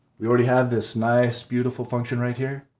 we already have this nice, beautiful function right here.